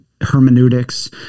hermeneutics